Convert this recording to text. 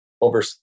Over